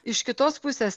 iš kitos pusės